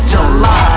July